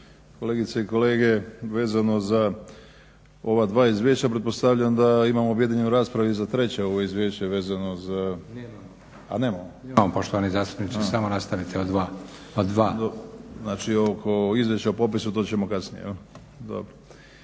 Kolegice i kolege. Vezano za ova dva izvješća pretpostavljam da imamo objedinjenu raspravu i za treće ovo izvješće vezano za … /Upadica: Imamo poštovani zastupniče samo nastavite od dva./ … Znači oko izvješća o popisu to ćemo kasnije jel dobro.